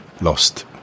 lost